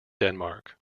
denmark